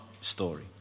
story